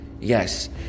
Yes